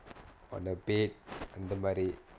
on the bed அந்த மாரி:antha maari